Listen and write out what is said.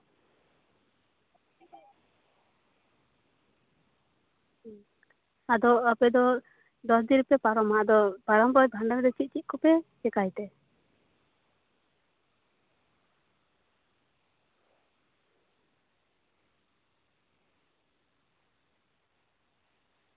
ᱟᱫᱚ ᱟᱯᱮ ᱫᱚ ᱫᱚᱥ ᱫᱤᱱ ᱨᱮᱯᱮ ᱯᱟᱨᱚᱢᱟ ᱟᱫᱚ ᱯᱟᱨᱚᱢ ᱯᱚᱨ ᱵᱷᱟᱸᱰᱟᱱ ᱨᱮ ᱪᱮᱫ ᱪᱮᱫ ᱠᱚᱯᱮ ᱪᱮᱠᱟᱭᱛᱮ